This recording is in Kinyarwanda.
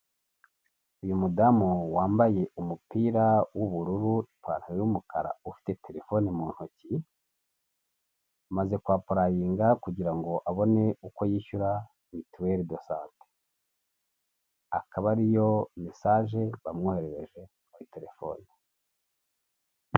Uyu mudamu wambaye umupira w'ubururu ipantaro y'umukara ufite telefone mu ntoki amaze kwa prayinga kugira ngo abone uko yishyura mituelle de sante akaba ariyo message wamwoherereje kuri telefone.